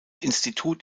institut